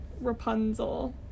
rapunzel